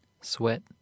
Sweat